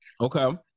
Okay